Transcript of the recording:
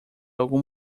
algum